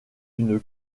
une